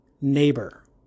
neighbor